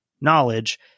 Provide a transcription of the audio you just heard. knowledge